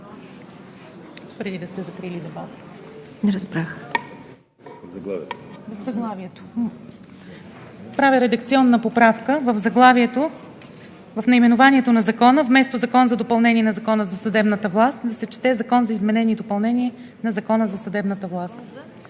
на Закона за съдебната власт“. Правя редакционна поправка в заглавието, в наименованието на Закона – вместо „Закон за допълнение на Закона за съдебната власт“, да се чете „Закон за изменение и допълнение на Закона за съдебната власт“.